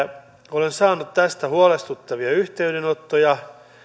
olen saanut tästä huolestuttavia yhteydenottoja